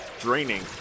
draining